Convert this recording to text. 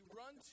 run